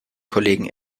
kollegen